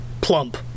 Plump